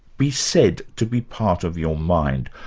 be said to be part of your mind,